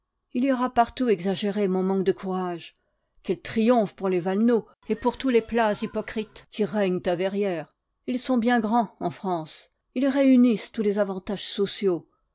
il ira partout exagérer mon manque de courage quel triomphe pour les valenod et pour tous les plats hypocrites qui règnent à verrières ils sont bien grands en france ils réunissent tous les avantages sociaux